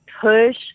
push –